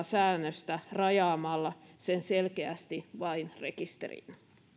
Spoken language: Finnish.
säännöstä rajaamalla sen selkeästi vain rekisteriin